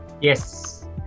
Yes